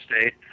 State